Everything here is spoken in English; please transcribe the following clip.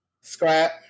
Scrap